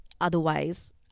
otherwise